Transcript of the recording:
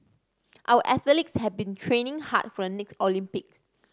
our athletes have been training hard for next Olympics